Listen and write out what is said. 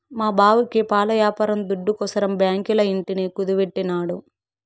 మా బావకి పాల యాపారం దుడ్డుకోసరం బాంకీల ఇంటిని కుదువెట్టినాడు